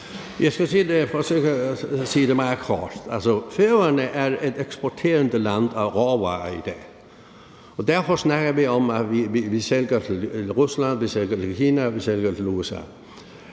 Jeg skal sige det meget kort. Færøerne er i dag et land, der eksporterer råvarer. Derfor snakker vi om, at vi sælger til Rusland, vi sælger til Kina, vi sælger til USA.